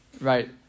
right